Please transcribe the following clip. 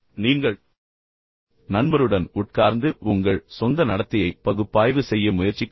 பின்னர் நண்பர் உங்களுக்கு நெருக்கமாக இருந்தால் நீங்கள் நண்பருடன் உட்கார்ந்து உங்கள் சொந்த நடத்தையை பகுப்பாய்வு செய்ய முயற்சிக்கவும்